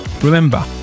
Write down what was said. Remember